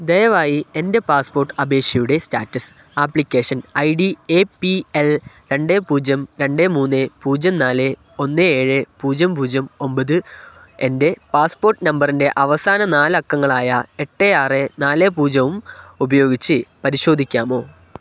ദയവായി എൻ്റെ പാസ്പോര്ട്ട് അപേക്ഷയുടെ status application I D A P L രണ്ട് പൂജ്യം രണ്ട് മൂന്ന് പൂജ്യം നാല് ഒന്ന് ഏഴ് പൂജ്യം പൂജ്യം ഒമ്പത് എൻ്റെ പാസ്പോര്ട്ട് നമ്പറിൻ്റെ അവസാന നാലക്കങ്ങളായ എട്ട് ആറ് നാല് പൂജ്യവും ഉപയോഗിച്ചു പരിശോധിക്കാമോ